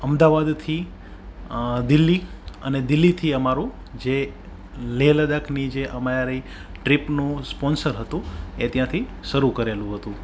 અમદાવાદથી દિલ્હીં અને દિલ્હીથી અમારું જે લેહ લદાખની જે અમારી ટ્રીપનું સ્પોન્સર હતું એ ત્યાંથી શરૂ કરેલું હતું